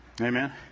Amen